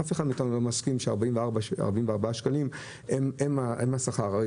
אף אחד לא מסכים ש-44 שקלים הם השכר הראוי.